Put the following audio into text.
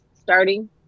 starting